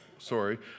sorry